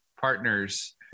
partners